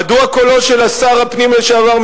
מדוע קולו של שר הפנים לשעבר,